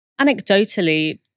Anecdotally